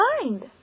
mind